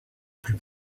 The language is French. plus